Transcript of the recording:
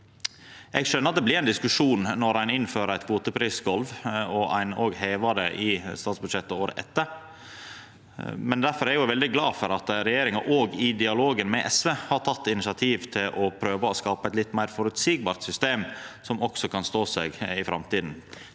Eg skjøner at det blir ein diskusjon når ein innfører eit kvoteprisgolv, og når ein òg hevar det i statsbudsjettet året etter. Difor er eg veldig glad for at regjeringa, òg i dialogen med SV, har teke initiativ til å prøva å skapa eit litt meir føreseieleg system, som også kan stå seg i framtida.